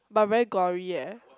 but very gory eh